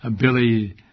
Billy